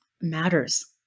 matters